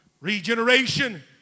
Regeneration